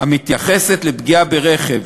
המתייחסת לפגיעה ברכב,